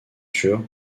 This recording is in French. sur